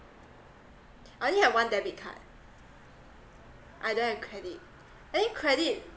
I only have one debit card I don't have credit I think credit